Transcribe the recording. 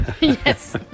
Yes